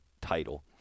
title